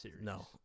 No